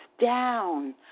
down